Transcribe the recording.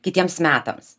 kitiems metams